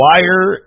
Wire